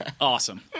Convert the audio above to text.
Awesome